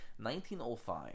1905